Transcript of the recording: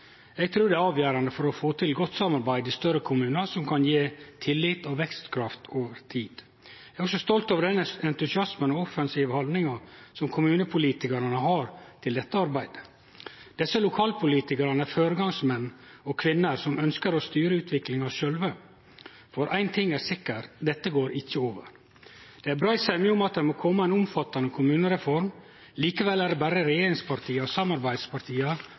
Eg trur det er avgjerande for å få til eit godt samarbeid i større kommunar, som kan gje tillit og vekstkraft over tid. Eg er òg stolt over den entusiasmen og den offensive haldninga som kommunepolitikarane har til dette arbeidet. Desse lokalpolitikarane er føregangsmenn og -kvinner som ønskjer å styre utviklinga sjølve. For ein ting er sikkert: Dette går ikkje over. Det er brei semje om at det må kome ei omfattande kommunereform. Likevel er det berre regjeringspartia og samarbeidspartia